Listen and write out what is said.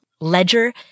ledger